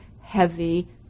heavy